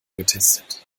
getestet